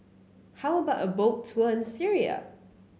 how about a Boat Tour in Syria